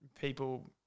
people